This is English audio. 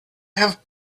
have